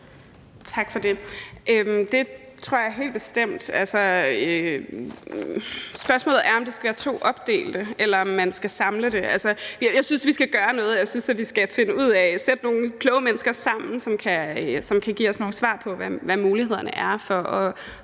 Tak for det. Det tror jeg helt bestemt. Spørgsmålet er, om det skal være to opdelte, eller om man skal samle det. Altså, jeg synes, vi skal gøre noget, og jeg synes da, vi skal sætte nogle kloge mennesker sammen, som kan give os nogle svar på, hvad mulighederne er for at